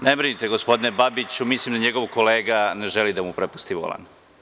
Ne brinite gospodine Babiću, mislim da njegovo kolega ne želi da mu prepusti volan.